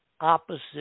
opposite